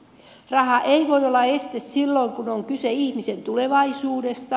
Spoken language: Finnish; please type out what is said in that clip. raha ei voi olla este silloin kun on kyse ihmisen tulevaisuudesta